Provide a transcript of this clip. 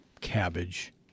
cabbage